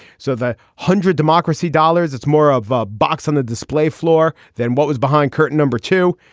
so the hundred democracy dollars it's more of a box on the display floor than what was behind curtain number two.